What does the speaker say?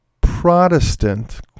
Protestant